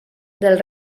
del